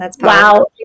Wow